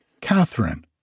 Catherine